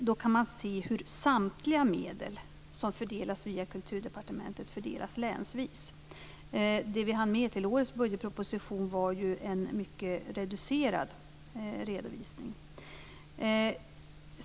Då kan man se hur samtliga medel som fördelas via Kulturdepartementet fördelas länsvis. Det vi hann med till årets budgetproposition var en mycket reducerad redovisning.